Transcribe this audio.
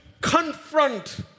confront